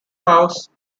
house